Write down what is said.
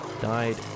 died